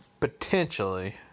potentially